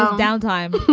um downtime.